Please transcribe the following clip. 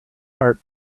heart